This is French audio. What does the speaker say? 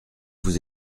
vous